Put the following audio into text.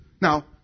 Now